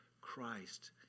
Christ